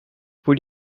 would